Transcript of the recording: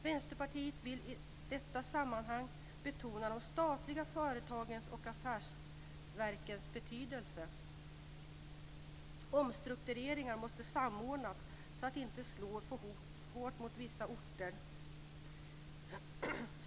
Vänsterpartiet vill i detta sammanhang betona de statliga företagens och affärsverkens betydelse. Omstruktureringar måste samordnas så att de inte slår för hårt mot vissa orter.